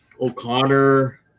O'Connor